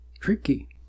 tricky